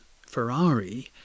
Ferrari